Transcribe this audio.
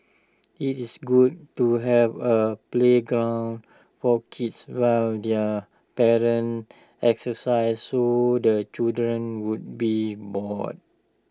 IT is good to have A playground for kids while their parents exercise so the children won't be bored